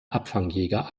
abfangjäger